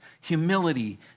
humility